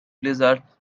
blizzard